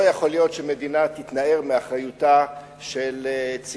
לא יכול להיות שמדינה תתנער מאחריותה לצעירים,